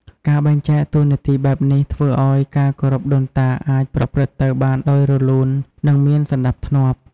ការបែងចែកតួនាទីបែបនេះ ធ្វើឱ្យការគោរពដូនតាអាចប្រព្រឹត្តទៅបានដោយរលូន និងមានសណ្ដាប់ធ្នាប់។